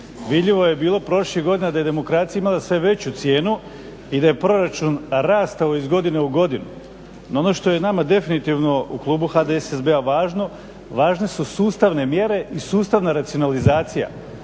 vidljivo je bilo prošlih godina da je demokracija imala sve veću cijenu i da je proračun rastao iz godine u godinu. No ono što je nama definitivno u Klubu HDSSB-a važno, važne su sustavne mjere i sustavna racionalizacija.